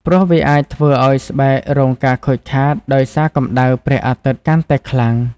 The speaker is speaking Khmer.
ព្រោះវាអាចធ្វើឲ្យស្បែករងការខូចខាតដោយសារកម្ដៅព្រះអាទិត្យកាន់តែខ្លាំង។